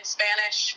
Spanish